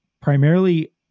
primarily